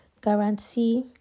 guarantee